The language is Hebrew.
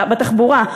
בתחבורה,